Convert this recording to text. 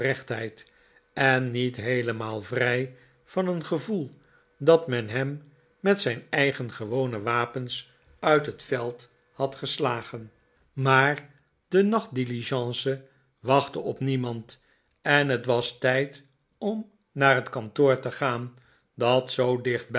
en niet heelemaal vrij van een gevoel dat men hem met zijn eigen gewone wapens uit het veld had geslagen maar de nachtdiligence wachtte op niemand en het was tijd om naar het kantoor te gaan dat zoo dichtbij